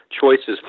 choices